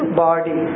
body